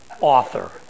author